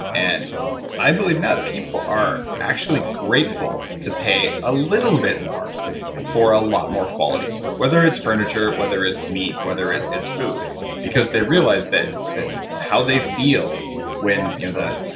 and i believe now that people are actually grateful to pay a little bit more for a lot more quality, whether it's furniture, whether it's meat, whether it's food because they realize that that how they feel when you know the